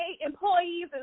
employees